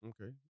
Okay